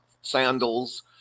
sandals